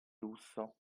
lusso